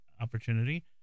opportunity